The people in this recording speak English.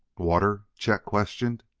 water? chet questioned.